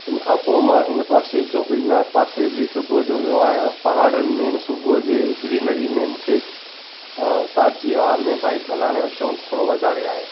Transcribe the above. इनखां पोइ मां हिन पासे जोगड़ी नाथ पासे बि सुबुह जो वियो आहियां पहाड़नि में न सुबुह जे ग्रीनरी में मूंखे ताज़ी हवा में बाइक हलाइण जो शौक़ु थोरो वधारे आहे